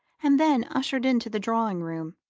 and then ushered into the drawing-room.